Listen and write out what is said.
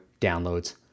downloads